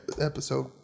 episode